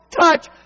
touch